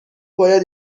باید